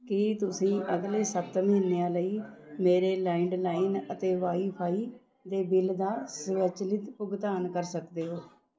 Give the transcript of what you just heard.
ਕੀ ਤੁਸੀਂਂ ਅਗਲੇ ਸੱਤ ਮਹੀਨਿਆਂ ਲਈ ਮੇਰੇ ਲੈਂਇਡਲਾਈਨ ਅਤੇ ਵਾਈਫ਼ਾਈ ਦੇ ਬਿੱਲ ਦਾ ਸਵੈਚਲਿਤ ਭੁਗਤਾਨ ਕਰ ਸਕਦੇ ਹੋ